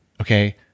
Okay